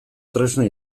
tresna